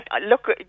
look